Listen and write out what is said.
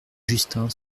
justin